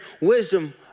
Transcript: Wisdom